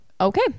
okay